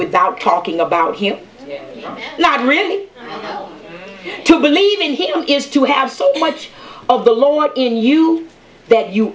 without talking about him not really to believe in him is to have so much of the lord in you that you